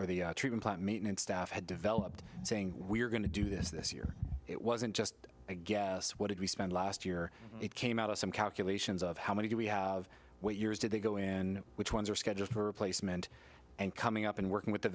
the maintenance staff had developed saying we're going to do this this year it wasn't just a guess what did we spend last year it came out of some calculations of how many do we have what years did they go in which ones are scheduled for placement and coming up and working with the